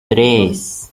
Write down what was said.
tres